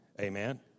Amen